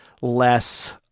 less